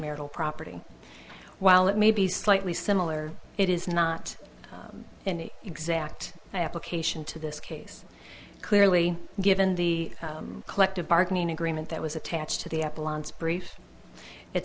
marital property while it may be slightly similar it is not an exact application to this case clearly given the collective bargaining agreement that was attached to the brief it